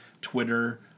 Twitter